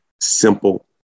simple